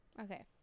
Okay